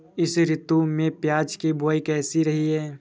इस ऋतु में प्याज की बुआई कैसी रही है?